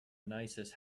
nicest